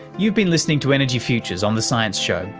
you've been listening to energy futures on the science show,